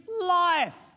life